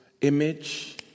image